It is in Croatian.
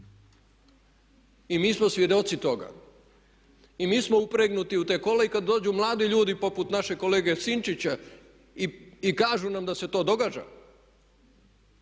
I mi smo svjedoci toga. I mi smo upregnuti u ta kola i kad dođu mladi ljudi poput našeg kolege Sinčića i kažu nam da se to događa